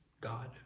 God